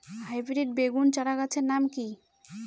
Hybrid বেগুন চারাগাছের নাম কি?